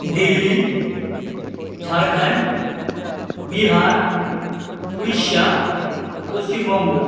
Delhi Jharkhand Bihar Orissa Paschimbanga